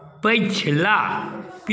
पछिला